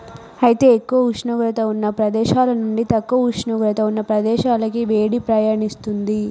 అయితే ఎక్కువ ఉష్ణోగ్రత ఉన్న ప్రదేశాల నుండి తక్కువ ఉష్ణోగ్రత ఉన్న ప్రదేశాలకి వేడి పయనిస్తుంది